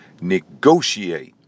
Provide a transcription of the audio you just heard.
negotiate